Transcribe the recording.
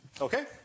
Okay